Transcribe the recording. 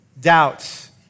doubts